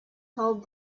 told